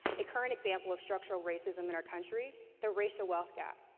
a current example of structural racism in our country, the racial wealth gap.